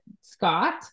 Scott